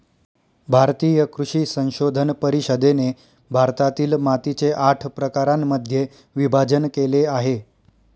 भारतीय कृषी संशोधन परिषदेने भारतातील मातीचे आठ प्रकारांमध्ये विभाजण केले आहे